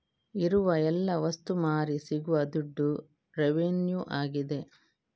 ಇರುವ ಎಲ್ಲ ವಸ್ತು ಮಾರಿ ಸಿಗುವ ದುಡ್ಡು ರೆವೆನ್ಯೂ ಆಗಿದೆ